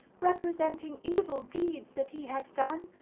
representing evil deeds that he had done,